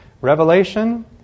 Revelation